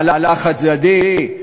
מהלך חד-צדדי,